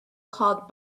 called